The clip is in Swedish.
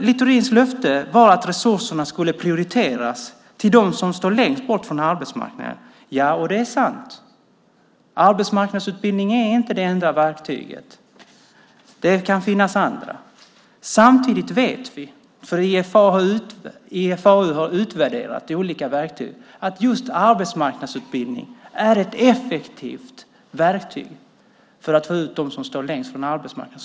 Littorins löfte var att resurserna skulle prioriteras till dem som står längst bort från arbetsmarknaden. Det är sant att arbetsmarknadsutbildning inte är det enda verktyget. Det kan finnas andra. Samtidigt vet vi, för IFAU har utvärderat olika verktyg, att just arbetsmarknadsutbildning är ett effektivt verktyg för att få ut dem som står längst bort från arbetsmarknaden.